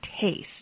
Taste